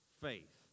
faith